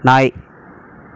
நாய்